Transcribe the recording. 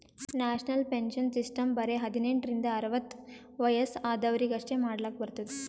national pension system ಬರೆ ಹದಿನೆಂಟ ರಿಂದ ಅರ್ವತ್ ವಯಸ್ಸ ಆದ್ವರಿಗ್ ಅಷ್ಟೇ ಮಾಡ್ಲಕ್ ಬರ್ತುದ್